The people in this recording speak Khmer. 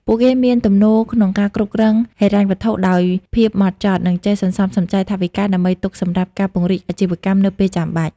ពួកគេមានទំនោរក្នុងការគ្រប់គ្រងហិរញ្ញវត្ថុដោយភាពម៉ត់ចត់ និងចេះសន្សំសំចៃថវិកាដើម្បីទុកសម្រាប់ការពង្រីកអាជីវកម្មនៅពេលចាំបាច់។